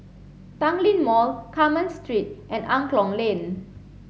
Tanglin Mall Carmen Street and Angklong Lane